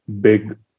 big